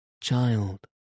Child